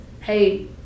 Hey